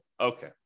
Okay